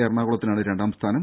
എറണാകുളത്തിനാണ് രണ്ടാം സ്ഥാനം